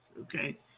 Okay